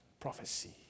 Prophecy